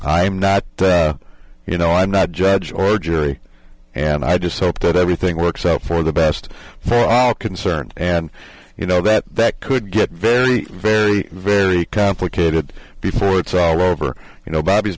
am not you know i'm not judge or jury and i just hope that everything works out for the best for all concerned and you know that that could get very very very complicated before it's all over you know bo